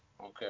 okay